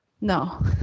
No